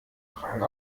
rang